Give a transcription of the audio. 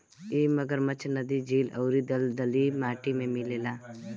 इ मगरमच्छ नदी, झील अउरी दलदली माटी में मिलेला